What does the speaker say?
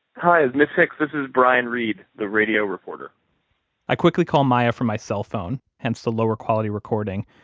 hi, ms. hicks, this is brian reed, the radio reporter i quickly call maya from my cell phone, hence the lower quality recording.